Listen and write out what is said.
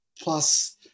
Plus